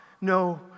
No